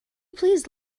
please